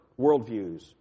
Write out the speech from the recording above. worldviews